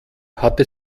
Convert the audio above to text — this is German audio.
hatte